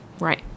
Right